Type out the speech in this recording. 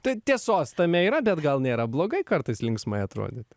tai tiesos tame yra bet gal nėra blogai kartais linksmai atrodyt